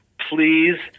please